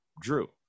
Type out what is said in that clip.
Drew